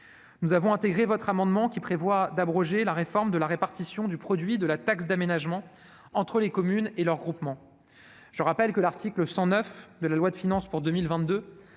Nous avons intégré l'amendement qui prévoit d'abroger la réforme de la répartition du produit de la taxe d'aménagement entre les communes et leurs groupements. Je rappelle que l'article 109 de la loi de finances pour 2022